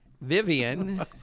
Vivian